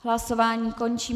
Hlasování končím.